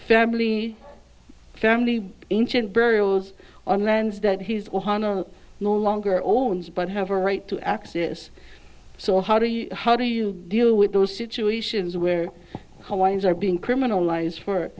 family family ancient burials on lands that he no longer owns but have a right to access so how do you how do you deal with those situations where hawaiians are being criminalized for